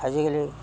আজিকালি